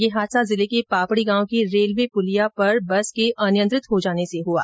ये हादसा जिले के पापडी गांव की रेलवे पुलिया पर बस के अनियंत्रित हो जाने से हुआ